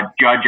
judge